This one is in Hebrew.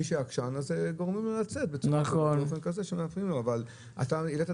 מי שעקשן גורמים לו לצאת באופן כזה --- אם לא ניתן